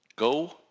Go